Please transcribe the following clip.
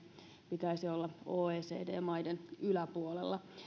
pitäisi olla oecd maiden yläpuolella